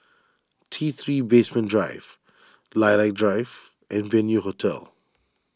T three Basement Drive Lilac Drive and Venue Hotel